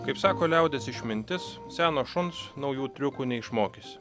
kaip sako liaudies išmintis seno šuns naujų triukų neišmokysi